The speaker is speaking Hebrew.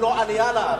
ולא עלייה לארץ.